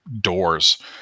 doors